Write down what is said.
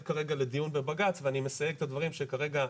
כרגע לדיון בבג"ץ ואני מסייג את הדברים שכרגע,